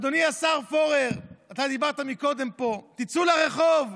אדוני השר פורר, אתה דיברת קודם פה, תצאו לרחוב,